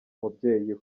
umubyeyi